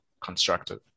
constructive